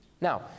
Now